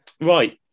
Right